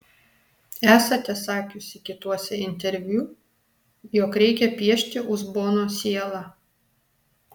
esate sakiusi kituose interviu jog reikia piešti uzbono sielą